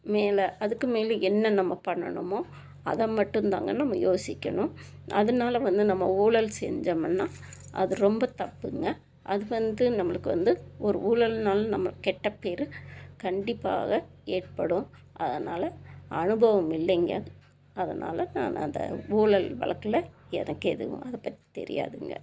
மேலே அதுக்கு மேலே என்ன நம்ம பண்ணணுமோ அதை மட்டும் தாங்க நம்ம யோசிக்கணும் அதனால வந்து நம்ம ஊழல் செஞ்சோமுன்னா அது ரொம்ப தப்புங்க அது வந்து நம்மளுக்கு வந்து ஒரு ஊழல்னால நம்மளுக்கு கெட்ட பெரு கண்டிப்பாக ஏற்படும் அதனால் அனுபவம் இல்லைங்க அதனால் நான் அதை ஊழல் வழக்கில் எனக்கு எதுவும் அதை பற்றி தெரியாதுங்க